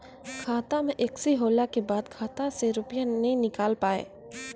खाता मे एकशी होला के बाद खाता से रुपिया ने निकल पाए?